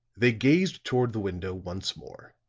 they gazed toward the window once more,